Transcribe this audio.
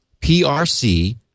prc